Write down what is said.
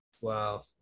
Wow